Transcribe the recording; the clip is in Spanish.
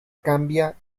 cambia